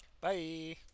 Bye